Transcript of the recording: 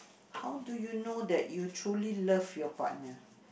how do you know that you truly love your partner